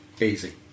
easy